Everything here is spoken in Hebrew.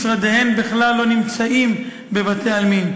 משרדיהן בכלל לא נמצאים בבתי-העלמין.